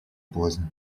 поздно